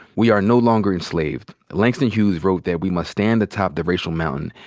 we are no longer enslaved. langston hughes wrote that, we must stand atop the racial mountain,